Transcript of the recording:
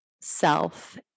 self